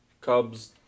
Cubs